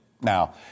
Now